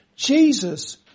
Jesus